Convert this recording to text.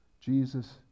Jesus